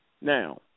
Now